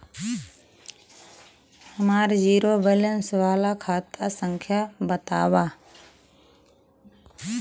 हमार zero balance वाला खाता संख्या वतावा?